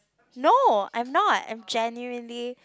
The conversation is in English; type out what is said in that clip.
no I'm not I'm genuinely